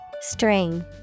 String